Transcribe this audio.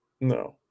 no